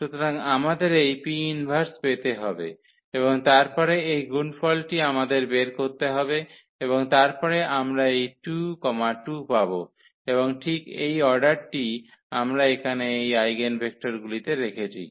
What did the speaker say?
সুতরাং আমাদের এই 𝑃−1 পেতে হবে এবং তারপরে এই গুণফলটি আমাদের বের করতে হবে এবং তারপরে আমরা এই 2 2 পাব এবং ঠিক এই অর্ডারটিই আমরা এখানে এই আইগেনভেক্টরগুলিতে রেখেছি